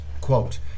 quote